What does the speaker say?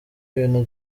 ibintu